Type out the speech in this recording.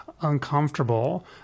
uncomfortable